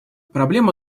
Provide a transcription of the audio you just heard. проблема